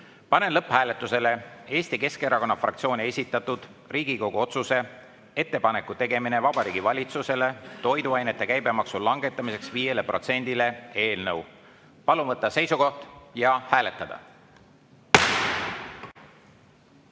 Panen lõpphääletusele Eesti Keskerakonna fraktsiooni esitatud Riigikogu otsuse "Ettepaneku tegemine Vabariigi Valitsusele toiduainete käibemaksu langetamiseks 5‑le protsendile" eelnõu. Palun võtta seisukoht ja hääletada!